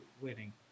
winning